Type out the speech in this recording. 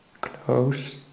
close